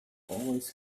always